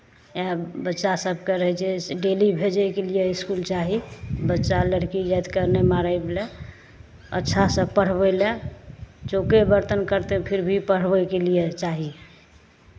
इएह बच्चा सभके रहै छै डेली भेजयके लिए इसकुल चाही बच्चा लड़की जातिकेँ नहि मारय लए अच्छासँ पढ़बै लए चौके बरतन करतै फिर भी पढ़बैके लिए चाही